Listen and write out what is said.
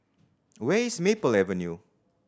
where is Maple Avenue